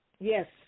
Yes